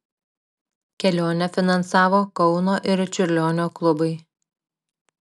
kelionę finansavo kauno ir čiurlionio klubai